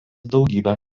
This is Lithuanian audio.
daugybę